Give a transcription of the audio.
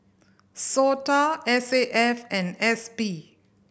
SOTA S A F and S P